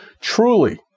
Truly